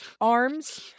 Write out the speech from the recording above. arms